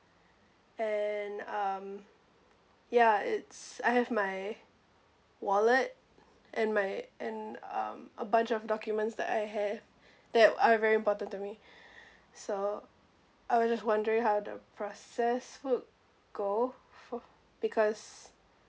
and um ya it's I have my wallet and my and um a bunch of documents that I have that are very important to me so I was just wondering how the process would go for because